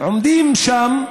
עומדים שם,